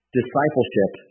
Discipleship